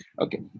Okay